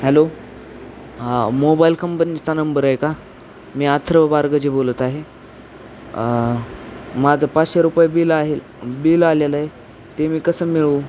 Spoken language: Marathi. हॅलो मोबाईल कंपनीचा नंबर आहे का मी आथर्व बारगजी बोलत आहे माझं पाचशे रुपये बिल आहे बिल आलेलं आहे ते मी कसं मिळवू